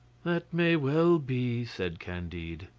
that may well be, said candide.